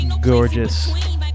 gorgeous